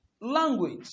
language